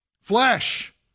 Flesh